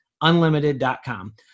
Unlimited.com